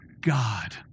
God